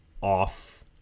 off